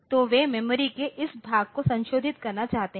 तो वे मेमोरी के इस भाग को संशोधित करना चाहते हैं